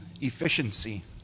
efficiency